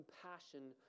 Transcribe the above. compassion